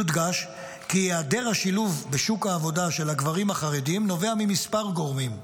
יודגש כי היעדר השילוב של הגברים החרדים בשוק העבודה נובע ממספר גורמים,